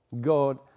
God